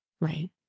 right